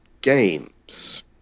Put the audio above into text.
games